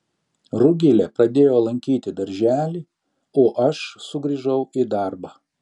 rugilė pradėjo lankyti darželį o aš sugrįžau į darbą